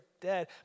dead